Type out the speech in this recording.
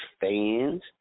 fans